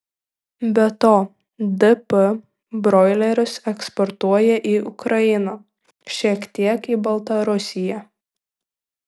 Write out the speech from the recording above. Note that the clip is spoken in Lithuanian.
be to dp broilerius eksportuoja į ukrainą šiek tiek į baltarusiją